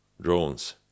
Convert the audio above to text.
drones